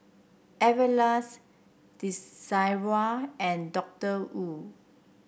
Everlast Desigual and Doctor Wu